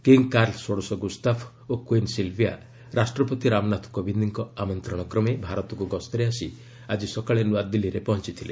king Carl ଷୋଡ଼ଶ Gustaf ଓ queen Silvia ରାଷ୍ଟ୍ରପତି ରାମନାଥ କୋବିନ୍ଦଙ୍କ ଆମନ୍ତ୍ରଣ କ୍ରମେ ଭାରତକୁ ଗସ୍ତରେ ଆସି ଆଜି ସକାଳେ ନୁଆଦିଲ୍ଲୀରେ ପହଞ୍ଚିଥିଲେ